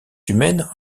humaines